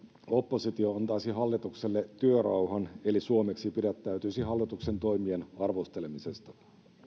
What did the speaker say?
oppositio antaisi hallitukselle työrauhan eli suomeksi pidättäytyisi hallituksen toimien arvostelemisesta